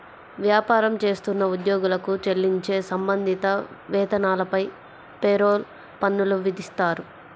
వ్యాపారం చేస్తున్న ఉద్యోగులకు చెల్లించే సంబంధిత వేతనాలపై పేరోల్ పన్నులు విధిస్తారు